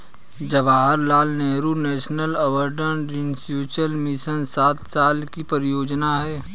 Jawaharlal Nehru national urban renewal mission सात साल की परियोजना है